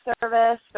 service